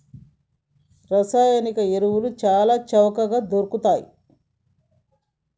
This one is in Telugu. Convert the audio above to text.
రసాయన ఎరువులు చాల చవకగ దొరుకుతయ్